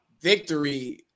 victory